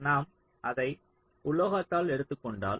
நாம் அதை உலோகத்தில் எடுத்துக்கொண்டால்